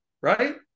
right